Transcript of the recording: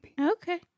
Okay